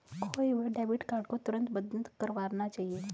खोये हुए debit card को तुरंत बंद करवाना चाहिए